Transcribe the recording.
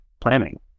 planning